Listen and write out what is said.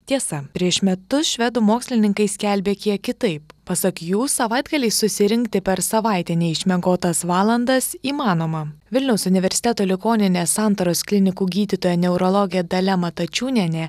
tiesa prieš metus švedų mokslininkai skelbė kiek kitaip pasak jų savaitgaliais susirinkti per savaitę neišmiegotas valandas įmanoma vilniaus universiteto ligoninės santaros klinikų gydytoja neurologė dalia matačiūnienė